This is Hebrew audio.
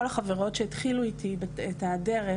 כל החברות שהתחילו איתי את הדרך,